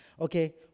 Okay